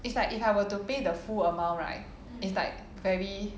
if I if I were to pay the full amount right it's like very